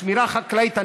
השמירה החקלאית,